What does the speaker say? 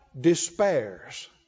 despairs